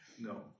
no